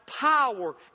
power